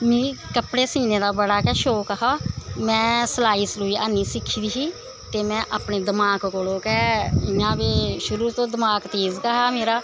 मिगी कपड़े सीने दा बड़ा गै शौंक हा में सलाई सलूई ऐनी सिक्खी दी ही ते में अपने दमाक कोला गै इ'यां बी शुरू तो दमाक तेज गै हा मेरा